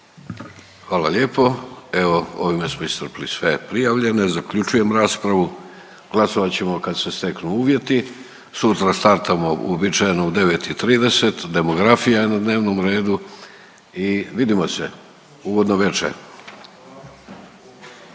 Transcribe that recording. Hvala lijepo. Evo ovime smo iscrpili sve prijavljene. Zaključujem raspravu, glasovat ćemo kad se steknu uvjeti. Sutra startamo uobičajeno u 9,30 demografija je na dnevnom redu i vidimo se. Ugodna večer.